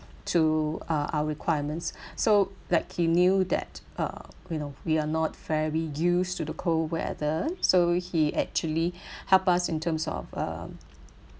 to uh our requirements so like he knew that uh you know we're not very used to the cold weather so he actually helped us in terms of um